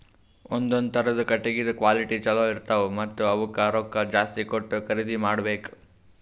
ಒಂದೊಂದ್ ಥರದ್ ಕಟ್ಟಗಿದ್ ಕ್ವಾಲಿಟಿ ಚಲೋ ಇರ್ತವ್ ಮತ್ತ್ ಅವಕ್ಕ್ ರೊಕ್ಕಾ ಜಾಸ್ತಿ ಕೊಟ್ಟ್ ಖರೀದಿ ಮಾಡಬೆಕ್